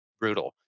brutal